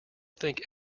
think